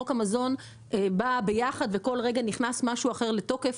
חוק המזון בא ביחד וכל רגע נכנס משהו אחר לתוקף